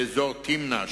באזור תמנע,